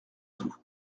tout